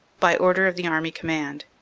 by order of the army command.